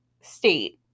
State